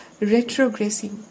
retrogressing